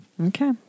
Okay